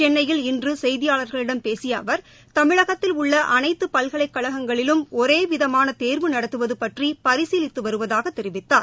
சென்னையில் இன்று செய்தியாளர்களிடம் பேசிய அவர் தமிழகத்தில் உள்ள அனைத்து பல்கலைக்கழகங்களிலும் ஒரே விதமான தேர்வு நடத்துவது பற்றி பரிசீலித்து வருவதாகத் தெரிவித்தார்